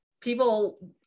people